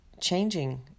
changing